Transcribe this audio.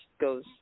goes